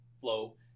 flow